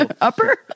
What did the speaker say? Upper